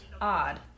odd